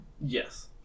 Yes